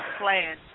plan